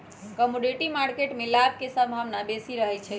commodity market में लाभ के संभावना बेशी रहइ छै